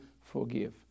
forgive